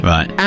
Right